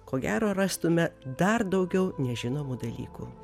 ko gero rastume dar daugiau nežinomų dalykų